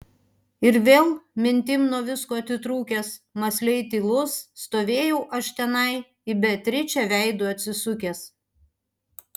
ir vėl mintim nuo visko atitrūkęs mąsliai tylus stovėjau aš tenai į beatričę veidu atsisukęs